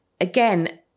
again